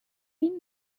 این